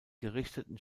gerichteten